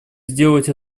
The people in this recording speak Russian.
сделать